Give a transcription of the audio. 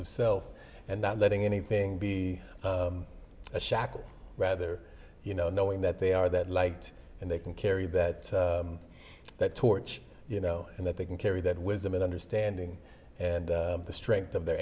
of self and not letting anything be a shackle rather you know knowing that they are that light and they can carry that that torch you know and that they can carry that wisdom and understanding and the strength of their